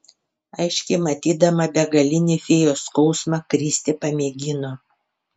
aiškiai matydama begalinį fėjos skausmą kristė pamėgino